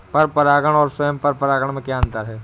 पर परागण और स्वयं परागण में क्या अंतर है?